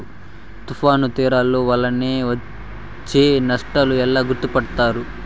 తుఫాను తీరాలు వలన వచ్చే నష్టాలను ఎలా గుర్తుపడతారు?